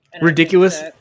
Ridiculous